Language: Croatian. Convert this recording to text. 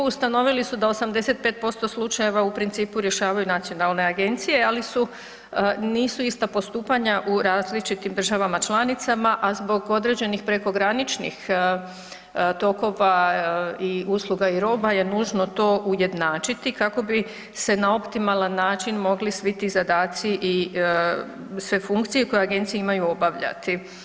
Ustanovili su da 85% slučajeva u principu rješavaju nacionalne agencije nisu ista postupanja u različitim državama članicama a zbog određenih prekograničnih tokova i usluga i roba je nužno to ujednačiti kako bi se na optimalan način mogli svi ti zadaci i sve funkcije koje agencije imaju, obavljati.